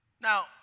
Now